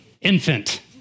infant